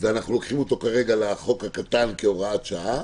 וכרגע אנחנו לוקחים אותו לחוק הקטן להוראת שעה,